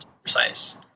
precise